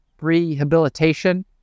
rehabilitation